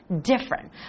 different